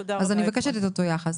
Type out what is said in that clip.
אז אני מבקשת את אותו יחס.